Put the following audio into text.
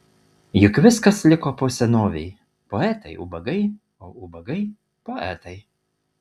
juk viskas liko po senovei poetai ubagai o ubagai poetai